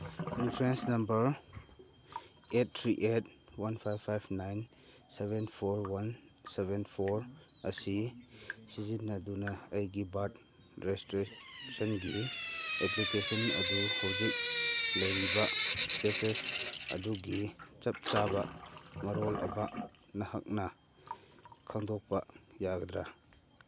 reference number eight three eight one five five nine seven four one seven four ꯑꯁꯤ ꯁꯤꯖꯤꯟꯅꯗꯨꯅ ꯑꯩꯒꯤ birth ꯔꯦꯁꯇ꯭ꯔꯦꯁꯟꯒꯤ application ꯑꯗꯨ ꯍꯧꯖꯤꯛ ꯂꯩꯔꯤꯕ ꯏꯁꯇꯦꯇꯁ ꯑꯗꯨꯒꯤ ꯆꯞ ꯆꯥꯕ ꯃꯔꯣꯜ ꯑꯃ ꯅꯍꯥꯛꯅ ꯈꯪꯗꯣꯛꯄ ꯌꯥꯒꯗ꯭ꯔꯥ